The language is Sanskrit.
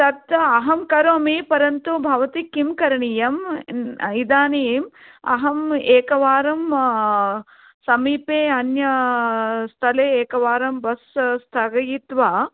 तत् अहं करोमि परन्तु भवती किं करणीयं इदानीं अहं एकवारं समीपे अन्यस्थले एकवारं बस् स्थगयित्वा